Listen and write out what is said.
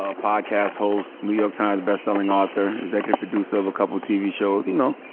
ah podcast host, new york times bestselling author, executive producer of a couple of tv shows. you know,